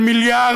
של 1.2 מיליארד,